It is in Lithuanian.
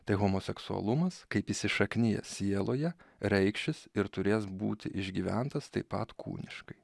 tai homoseksualumas kaip įsišaknijęs sieloje reikšis ir turės būti išgyventas taip pat kūniškai